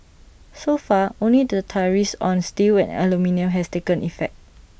so far only the tariffs on steel and aluminium has taken effect